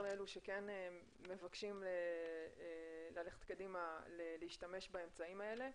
לאלו שכן מבקשים ללכת קדימה להשתמש באמצעים האלה.